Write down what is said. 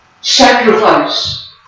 sacrifice